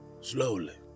Slowly